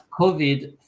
COVID